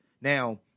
Now